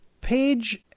page